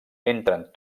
entren